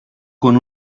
con